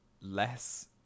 less